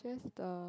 the